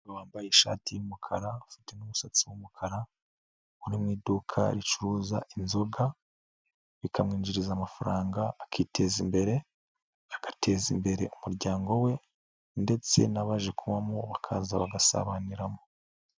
Umugore wambaye ishati y'umukara afite n'umusatsi w'umukara uri mu iduka ricuruza inzoga bikamwinjiriza amafaranga akiteza imbere, agateza imbere umuryango we ndetse n'abaje kubamo bakaza bagasabaniramo.